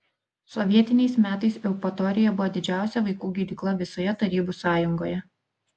sovietiniais metais eupatorija buvo didžiausia vaikų gydykla visoje tarybų sąjungoje